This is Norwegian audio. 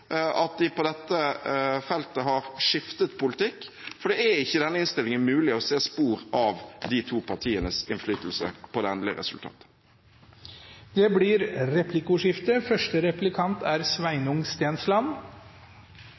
at de på dette feltet har skiftet politikk, for det er ikke i denne innstillingen mulig å se spor av de to partienes innflytelse på det endelige resultatet. Det blir replikkordskifte. SV mener fritt behandlingsvalg er